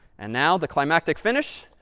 and now, the climactic finish,